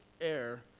air